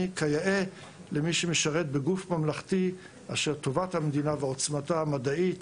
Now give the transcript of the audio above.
ואחראי כיאה למי שמשרת בגוף ממלכתי אשר טובת המדינה ועוצמתה המדעית,